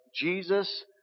Jesus